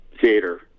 theater